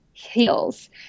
heals